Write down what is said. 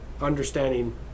understanding